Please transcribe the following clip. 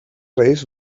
reis